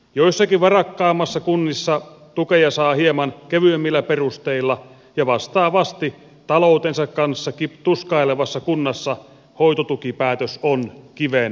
joissakin varakkaammissa kunnissa tukea saa hieman kevyemmillä perusteilla ja vastaavasti taloutensa kanssa tuskailevassa kunnassa hoitotukipäätös on kiven alla